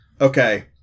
Okay